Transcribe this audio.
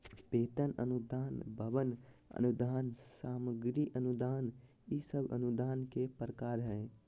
वेतन अनुदान, भवन अनुदान, सामग्री अनुदान ई सब अनुदान के प्रकार हय